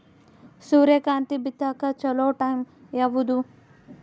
ಸೂರ್ಯಕಾಂತಿ ಬಿತ್ತಕ ಚೋಲೊ ಟೈಂ ಯಾವುದು?